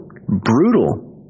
brutal